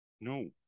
No